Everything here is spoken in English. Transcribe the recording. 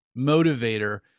motivator